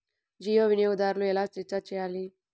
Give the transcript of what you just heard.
జియో వినియోగదారులు ఎలా రీఛార్జ్ చేయాలి?